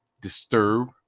disturb